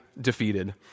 defeated